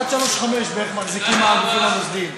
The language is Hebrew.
1.4. 1.35 בערך מחזיקים הגופים המוסדיים.